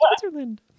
Switzerland